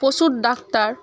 প্রচুর ডাক্তার